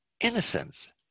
Innocence